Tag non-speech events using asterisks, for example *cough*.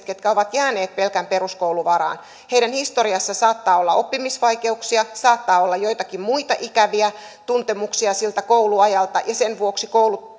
*unintelligible* ketkä ovat jääneet pelkän peruskoulun varaan historiassa saattaa olla oppimisvaikeuksia saattaa olla joitakin muita ikäviä tuntemuksia siltä kouluajalta ja sen vuoksi